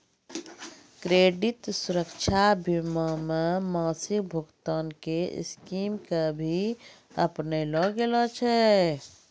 credit सुरक्षा बीमा मे मासिक भुगतान के स्कीम के भी अपनैलो गेल छै